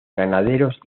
ganaderos